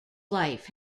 life